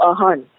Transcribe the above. Ahan